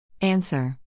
Answer